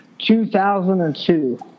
2002